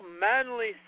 manly